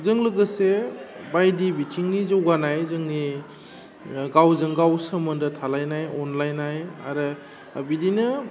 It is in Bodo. जों लोगोसे बायदि बिथिंनि जौगानाय जोंनि गावजोंगाव सोमोन्दो थालायनाय अनलायनाय आरो बिदिनो